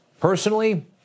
personally